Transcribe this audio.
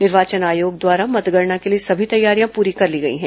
निर्वाचन आयोग द्वारा मतगणना के लिए सभी तैयारियां पूरी कर ली गई हैं